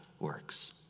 works